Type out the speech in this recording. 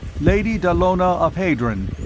lady dallona of hadron,